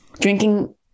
drinking